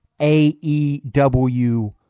aew